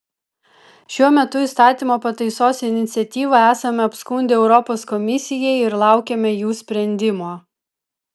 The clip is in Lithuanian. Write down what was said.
šiuo metu įstatymo pataisos iniciatyvą esame apskundę europos komisijai ir laukiame jų sprendimo